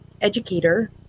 educator